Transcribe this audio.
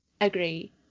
agree